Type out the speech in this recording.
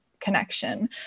connection